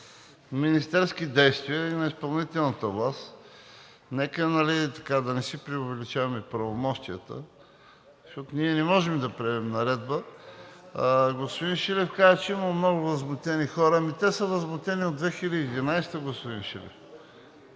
министерски действия и на изпълнителната власт. Нека да не си преувеличаваме правомощията, защото ние не може да приемем наредба. Господин Шилев каза, че имало много възмутени хора. Те са възмутени от 2011 г., господин Шилев.